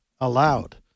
allowed